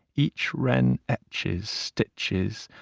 each wren etches, stitches,